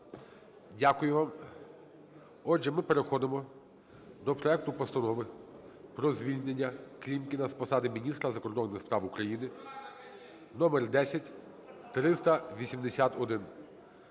Дякую вам. Отже, ми переходимо до проекту Постанови про звільнення Клімкіна з посади Міністра закордонних справ України (№ 10381).